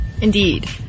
Indeed